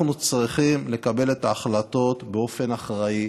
אנחנו צריכים לקבל את ההחלטות באופן אחראי,